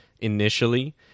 initially